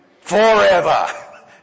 forever